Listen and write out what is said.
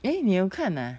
eh 你有看 ah